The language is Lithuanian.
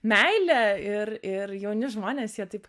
meilė ir ir jauni žmonės jie taip